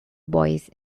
boys